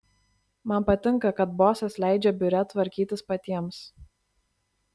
man patinka kad bosas leidžia biure tvarkytis patiems